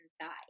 inside